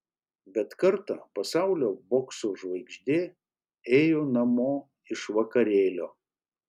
bet kartą pasaulio bokso žvaigždė ėjo namo iš vakarėlio